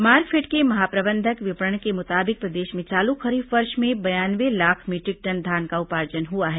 मार्कफेड के महाप्रबंधक विपणन के मुताबिक प्रदेश में चालू खरीफ वर्ष में बयानवे लाख मीटरिक टन धान का उपार्जन हुआ है